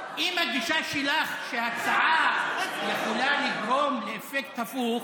אם הגישה שלך היא שההצעה יכולה לגרום לאפקט הפוך,